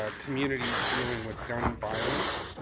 ah communities dealing with gun violence